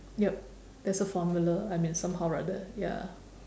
yep there's a formula I mean somehow rather ya